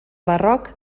barroc